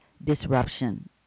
disruption